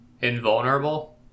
invulnerable